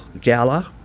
gala